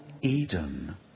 Eden